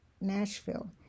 Nashville